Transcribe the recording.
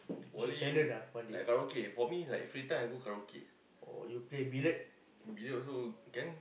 bowling like karaoke for me like free time I go karaoke billiard also can